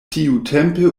tiutempe